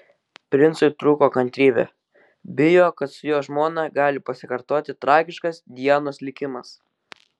princui trūko kantrybė bijo kad su jo žmona gali pasikartoti tragiškas dianos likimas